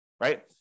right